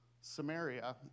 Samaria